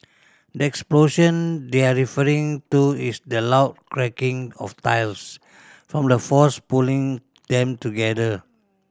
the explosion they're referring to is the loud cracking of tiles from the force pulling them together